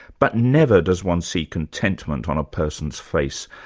but never does one see contentment on a person's face.